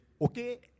okay